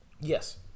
Yes